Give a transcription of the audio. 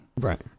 right